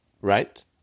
Right